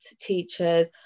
teachers